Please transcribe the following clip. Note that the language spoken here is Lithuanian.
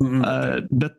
a bet